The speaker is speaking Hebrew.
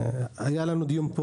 היה לנו דיון פה,